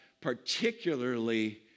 particularly